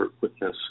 witness